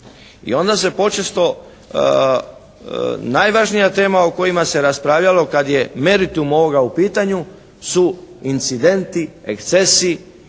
I onda se počesto najvažnija tema o kojima se raspravljalo kad je meritum ovoga u pitanju su incidenti, ekscesi,